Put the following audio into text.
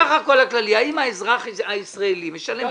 אני פעם הבאה אם נקיים את הדיון פה --- זה לא הדיון.